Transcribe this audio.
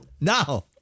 No